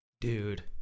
Dude